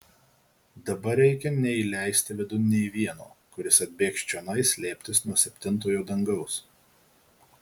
dabar reikia neįleisti vidun nė vieno kuris atbėgs čionai slėptis nuo septintojo dangaus